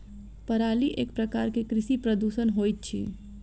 पराली एक प्रकार के कृषि प्रदूषण होइत अछि